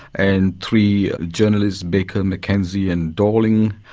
and three journalists, baker, mckenzie and dorling.